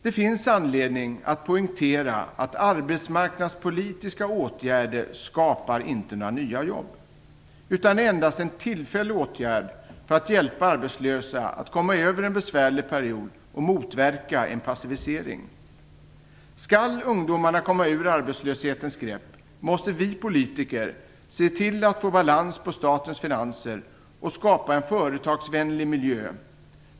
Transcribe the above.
Det finns anledning att poängtera att arbetsmarknadspolitiska åtgärder inte skapar några nya jobb, utan endast är en tillfällig åtgärd för att hjälpa arbetslösa att komma över en besvärlig period och motverka en passivisering. Skall ungdomarna komma ur arbetslöshetens grepp, måste vi politiker se till att få balans på statens finanser och skapa en företagsvänlig miljö.